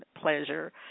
pleasure